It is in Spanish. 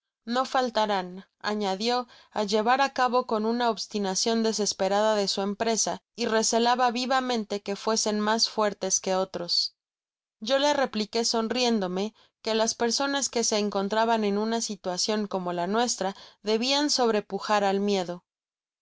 no faltarán añadio á llevar á cabo con una obstinacion desesperada de su empresa y recelaba vivamente que fuesen mas fuertes que nosotros yo le repliqué sonriéudome que las personas que se encontraban en una situacion como la nuestra debian sobrepujar al miedo